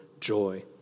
joy